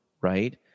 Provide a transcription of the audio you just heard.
right